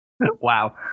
Wow